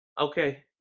Okay